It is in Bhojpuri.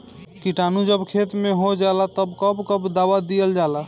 किटानु जब खेत मे होजाला तब कब कब दावा दिया?